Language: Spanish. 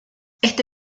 este